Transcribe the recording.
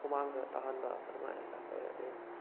ꯍꯨꯃꯥꯡ ꯈꯔ ꯇꯥꯍꯟꯕ ꯑꯗꯨꯃꯥꯏꯅ ꯈꯔ ꯇꯧꯏ ꯑꯗꯨꯗꯩ